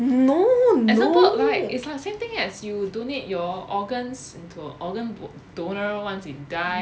example right it's the same thing as you donate your organs into organ donor once it die